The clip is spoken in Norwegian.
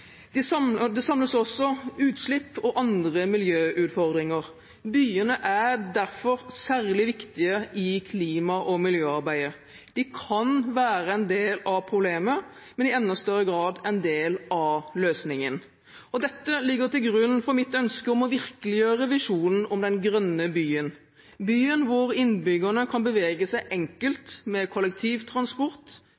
samles også utslipp og andre miljøutfordringer. Byene er derfor særlig viktige i klima- og miljøarbeidet. De kan være en del av problemet, men er i enda større grad en del av løsningen. Dette ligger til grunn for mitt ønske om å virkeliggjøre visjonen om den grønne byen – byen hvor innbyggerne kan bevege seg